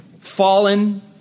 fallen